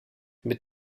mit